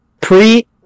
Pre